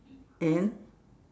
and